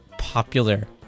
Popular